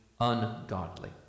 ungodly